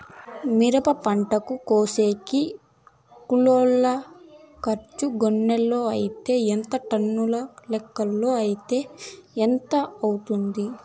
మిరప పంటను కోసేకి కూలోల్ల ఖర్చు గోనెలతో అయితే ఎంత టన్నుల లెక్కలో అయితే ఎంత అవుతుంది?